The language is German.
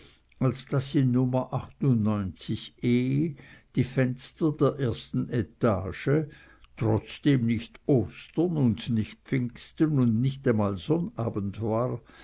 als daß in nummer e die fenster der ersten etage trotzdem nicht ostern und nicht pfingsten und nicht einmal sonnabend war